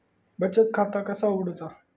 बचत खाता कसा उघडूचा?